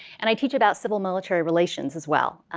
and i teach about civil military relations as well.